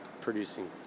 producing